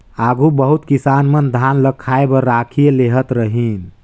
आघु बहुत किसान मन धान ल खाए बर राखिए लेहत रहिन